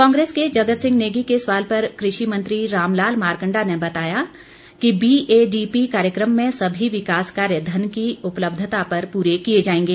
कांग्रेस के जगत सिंह नेगी के सवाल पर कृषि मंत्री रामलाल मार्कण्डा ने बताया कि बीएडीपी कार्यक्रम में सभी विकास कार्य धन की उपलब्धता पर पूरे किए जाएंगे